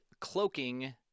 cloaking